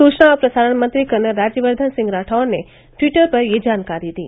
सूचना और प्रसारण मंत्री कर्नल राज्यवर्द्वन राठौड़ ने ट्वीटर पर यह जानकारी दी